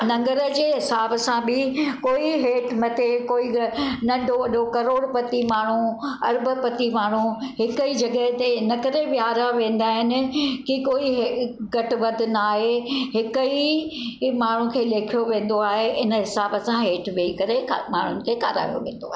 लंगर जे हिसाब सां बि कोई हेठि मथे कोई नंढो वॾो करोड़पति माण्हू अर्ब पति माण्हू हिकु ई जॻह ते हिन करे वेहारिया वेंदा आहिनि की कोई घटि वधि न आहे हिकु ई माण्हू खे लेखियो वेंदो आहे इन हिसाब सां हेठि वेई करे ख माण्हुनि खे खारायो वेंदो आहे